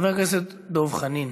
חבר הכנסת דב חנין,